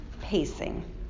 pacing